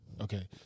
Okay